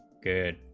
good